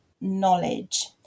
knowledge